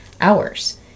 hours